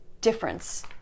difference